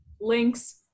links